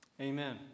Amen